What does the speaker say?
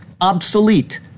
obsolete